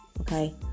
okay